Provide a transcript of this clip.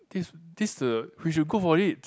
this this the we should go for it